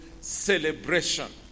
celebration